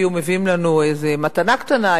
היו מביאים לנו איזו מתנה קטנה,